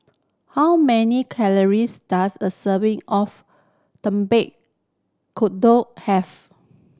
how many calories does a serving of have